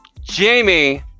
Jamie